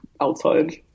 outside